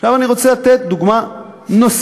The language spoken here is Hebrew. עכשיו, אני רוצה לתת דוגמה נוספת,